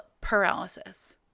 paralysis